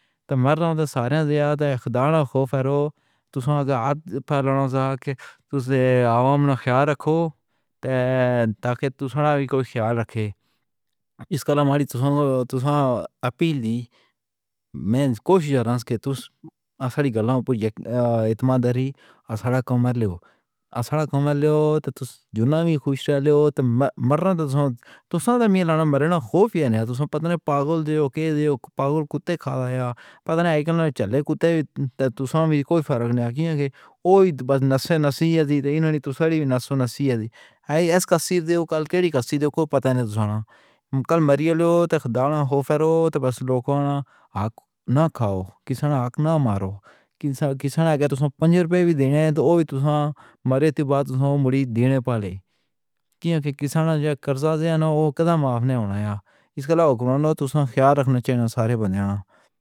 تو مرنا سار۔ کدانو کو پھیلاؤ تو آنکھ پر لالا دے تسیں آؤام نہ خیال رکھو تاکہ توشانا وی کوئی خیال رکھے۔ اس کل ہماری اپیل اے۔ میں کوشش کریساں کہ تسیں اصلی گلا پچھو۔ اعتماد ہی ہسادا کمر لیو۔ اسڑ کمر لیو۔ تو جنا وی خوب سٹے رہ لیو تو مرنا تو تسیں ملنا مرنا خوف اے۔ تسیں پتہ نئیں پاگل جی اوکے جی پاگل۔ کتے دا یا پتہ نئیں چلے کتے تو کوئی فرق نئیں کہ اوئی بس نشے نشے دی نساں نساں نیں۔ اے کسیر دیو۔ کل دے دیو کو پتہ نئیں تو کل مر گیا خدا نے کھو پھیرو بس لوکو نہ آکو نہ کھاؤ، کسی نہ آنکھ نہ مارو۔ کسی نے تو پنج روپے وی دینا تو او وی توں سا مارے تو بات مڑی دین والے دی کسان وانگوں قرضہ دے اونا او کدھے معاف نہ ہونا۔ اس کلہ کو تو خیال رکھنا چاہیدا اے نہ سارے بنے آ۔